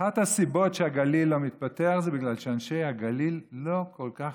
אחת הסיבות שהגליל לא מתפתח זה בגלל שאנשי הגליל לא כל כך